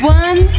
one